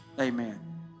amen